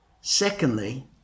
Secondly